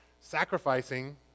sacrificing